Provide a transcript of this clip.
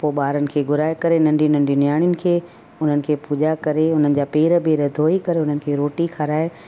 पोइ ॿारनि खे घुराए करे नंढी नंढी नियाणियुनि खे उन्हनि खे पूॼा करे उन्हनि जा पेर वेर धोई करे उन्हनि खे रोटी खाराए